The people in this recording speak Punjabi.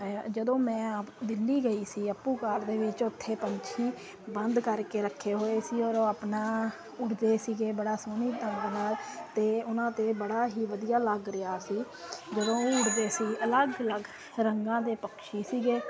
ਜਦੋਂ ਮੈਂ ਦਿੱਲੀ ਗਈ ਸੀ ਅੱਪੂ ਘਰ ਦੇ ਵਿੱਚ ਉੱਥੇ ਪੰਛੀ ਬੰਦ ਕਰਕੇ ਰੱਖੇ ਹੋਏ ਸੀ ਔਰ ਉਹ ਆਪਣਾ ਉੱਡਦੇ ਸੀਗੇ ਬੜਾ ਸੋਹਣੀ ਢੰਗ ਨਾਲ ਅਤੇ ਉਹਨਾਂ ਅਤੇ ਬੜਾ ਹੀ ਵਧੀਆ ਲੱਗ ਰਿਹਾ ਸੀ ਜਦੋਂ ਉਹ ਉੱਡਦੇ ਸੀ ਅਲੱਗ ਅਲੱਗ ਰੰਗਾਂ ਦੇ ਪਕਸ਼ੀ ਸੀਗੇ